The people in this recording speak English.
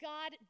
God